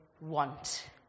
want